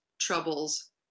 troubles